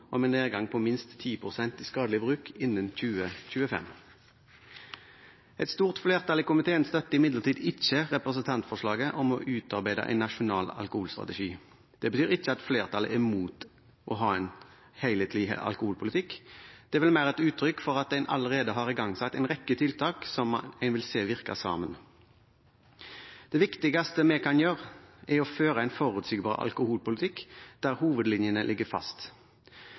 om en nedgang på minst 10 pst. i skadelig bruk innen 2025. Et stort flertall i komiteen støtter imidlertid ikke representantforslaget om å utarbeide en nasjonal alkoholstrategi. Det betyr ikke at flertallet er mot å ha en helhetlig alkoholpolitikk. Det er vel mer et uttrykk for at en allerede har igangsatt en rekke tiltak som en vil se virke sammen. Det viktigste vi kan gjøre, er å føre en forutsigbar alkoholpolitikk der hovedlinjene ligger fast.